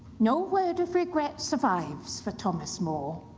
no word of regret survives for thomas more,